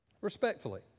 Respectfully